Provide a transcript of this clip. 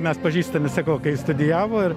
mes pažįstami sakau kai studijavo ir